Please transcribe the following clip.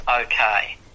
okay